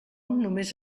només